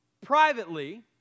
privately